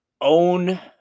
own